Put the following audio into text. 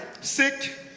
Sick